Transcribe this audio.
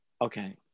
Okay